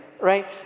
right